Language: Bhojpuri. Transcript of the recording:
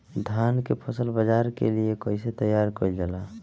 धान के फसल बाजार के लिए कईसे तैयार कइल जाए?